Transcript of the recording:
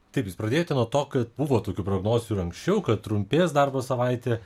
taip jūs pradėjote nuo to kad buvo tokių prognozių ir anksčiau kad trumpės darbo savaitė